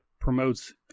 promotes